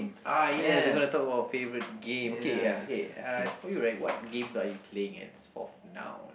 uh yes we gonna talk about our favourite game okay um okay uh as for you right what game are you playing as forth now